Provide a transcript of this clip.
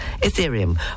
Ethereum